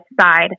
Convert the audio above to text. side